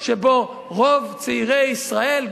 חזון שבו רוב צעירי ישראל,